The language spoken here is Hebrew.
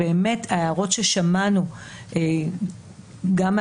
בהתאם להערות ששמענו מהוועדה,